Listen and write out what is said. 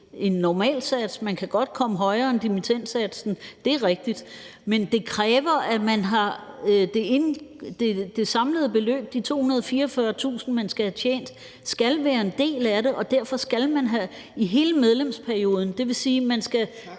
en normalsats. Man kan godt komme højere end dimittendsatsen, det er rigtigt, men det kræver, at det samlede beløb, de 244.000 kr., man skal have tjent, er en del af det, og derfor skal det være i hele medlemsperioden. Det vil sige, at man nu skal